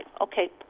Okay